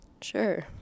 Sure